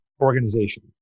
organization